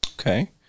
Okay